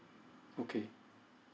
okay